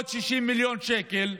960 מיליון שקל.